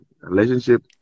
Relationship